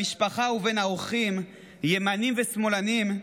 במשפחה ובין האורחים, ימנים ושמאלנים,